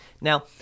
Now